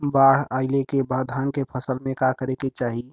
बाढ़ आइले के बाद धान के फसल में का करे के चाही?